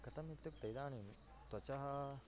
कथम् इत्युक्ते इदानीं त्वचः